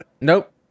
nope